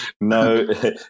no